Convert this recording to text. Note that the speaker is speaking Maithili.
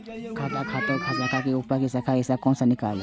खाता कतौ और शाखा के छै पाय ऐ शाखा से कोना नीकालबै?